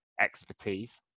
expertise